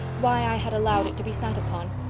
why i had allowed it to be sat upon.